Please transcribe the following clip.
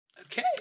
Okay